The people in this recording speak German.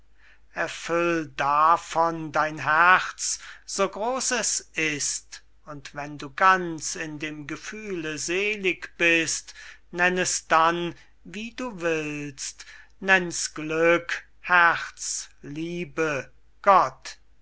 davon dein herz so groß es ist und wenn du ganz in dem gefühle selig bist nenn es dann wie du willst nenn's glück herz liebe gott